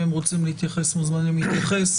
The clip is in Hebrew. אם הם רוצים להתייחס, הם מוזמנים להתייחס.